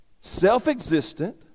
self-existent